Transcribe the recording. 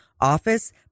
office